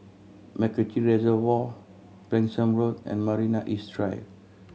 MacRitchie Reservoir Branksome Road and Marina East Drive